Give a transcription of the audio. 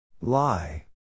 Lie